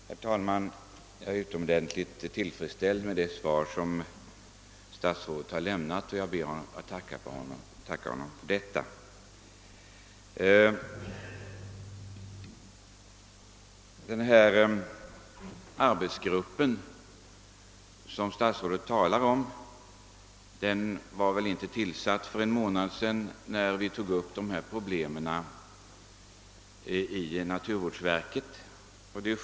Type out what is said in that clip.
Herr talman! Jag är utomordentligt tillfredsställd med det svar som statsrådet har lämnat, och jag ber att få tacka honom för detta. Den arbetsgrupp som statsrådet talar om var väl inte tillsatt för en månad sedan när vi i naturvårdsverket tog upp problemen.